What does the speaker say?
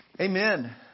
Amen